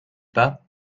pas